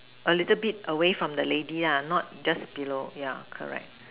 a little bit away from the lady not just below yeah correct